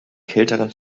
kälteren